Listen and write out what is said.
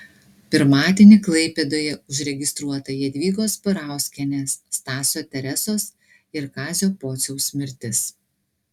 pirmadienį klaipėdoje užregistruota jadvygos barauskienės stasio teresos ir kazio pociaus mirtis